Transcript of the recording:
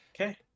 okay